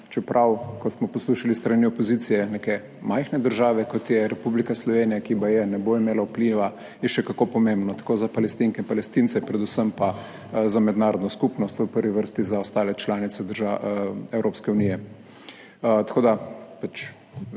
čeprav, kot smo poslušali s strani opozicije, neke majhne države, kot je Republika Slovenija, ki baje ne bo imela vpliva, je še kako pomembno tako za Palestinke in Palestince, predvsem pa za mednarodno skupnost, v prvi vrsti za ostale članice Evropske unije. Glasovali